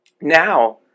now